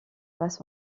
passe